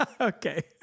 Okay